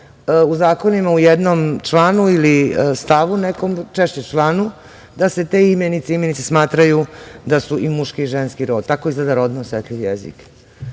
U zakonima u jednom članu ili stavu nekom, češće članu, da se te imenice, imenice smatraju da su i muški i ženski rod. Tako izgleda rodno osetljiv jezik. Nema